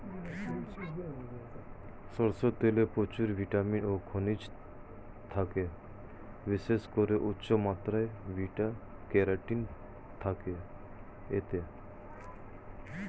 সরষের তেলে প্রচুর ভিটামিন ও খনিজ থাকে, বিশেষ করে উচ্চমাত্রার বিটা ক্যারোটিন থাকে এতে